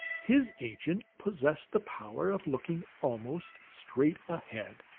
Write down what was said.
his agent possessed the power of looking almost straight ahead.